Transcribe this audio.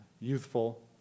youthful